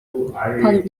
padł